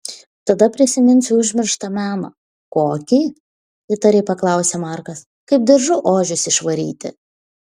tada prisiminsiu užmirštą meną kokį įtariai paklausė markas kaip diržu ožius išvaryti